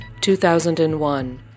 2001